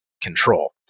control